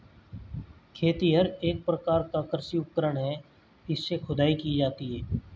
खेतिहर एक प्रकार का कृषि उपकरण है इससे खुदाई की जाती है